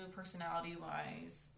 personality-wise